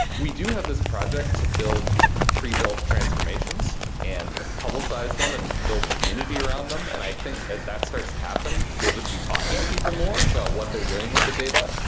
we do have this project to build prebuilt transformations and publicize them and build a community around them. and i think as that starts to happen, we'll just be talking to people more about what they're doing with the data,